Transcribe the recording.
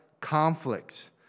conflicts